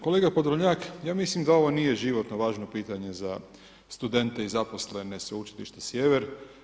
Kolega Podoljnjak, ja mislim da ovo nije životno važno pitanje za studente i zaposlene Sveučilište Sjever.